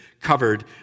covered